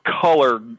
color